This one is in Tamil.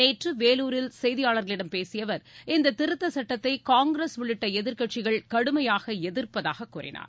நேற்று வேலூரில் செய்தியாளர்களிடம் பேசிய அவர் இந்த திருத்த சுட்டத்தை காங்கிரஸ் உள்ளிட்ட எதிர்க்கட்சிகள் கடுமையாக எதிர்ப்பதாகக் கூறினார்